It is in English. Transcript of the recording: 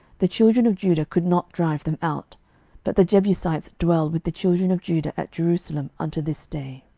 the children of judah could not drive them out but the jebusites dwell with the children of judah at jerusalem unto this day.